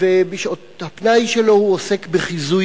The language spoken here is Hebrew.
ובשעות הפנאי שלו הוא עוסק בחיזוי